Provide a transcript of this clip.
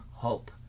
hope